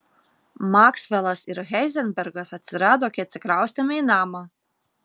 maksvelas ir heizenbergas atsirado kai atsikraustėme į namą